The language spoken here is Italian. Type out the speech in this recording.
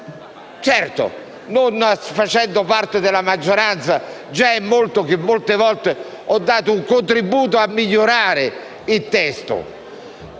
Certo, non facendo parte della maggioranza già è tanto se molte volte sono riuscito a dare un contributo a migliorare il testo,